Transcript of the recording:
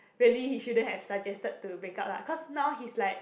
really he shouldn't have suggested to break up lah cause now he's like